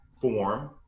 form